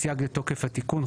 סייג לתוקף התיקון.